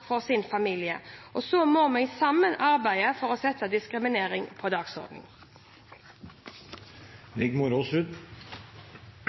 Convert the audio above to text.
for sin familie, og så må vi sammen arbeide for å sette diskriminering på dagsordenen.